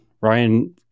Ryan